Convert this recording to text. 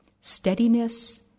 steadiness